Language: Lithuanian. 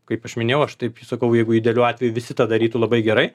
kaip aš minėjau aš taip sakau jeigu idealiu atveju visi tą darytų labai gerai